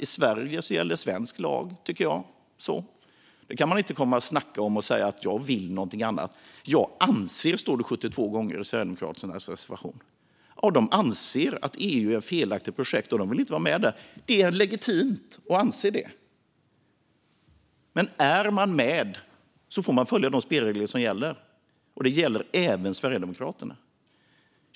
I Sverige gäller svensk lag. Där kan man inte komma och snacka och säga att man vill någonting annat. "Jag anser" står det 72 gånger i Sverigedemokraternas reservation. De anser att EU är ett felaktigt projekt och vill inte vara med där. Det är legitimt att anse det. Men är man med får man följa de spelregler som gäller, och det gäller även Sverigedemokraterna.